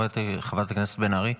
חברת הכנסת בן ארי,